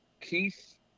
Keith